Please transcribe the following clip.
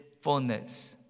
fullness